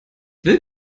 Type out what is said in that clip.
will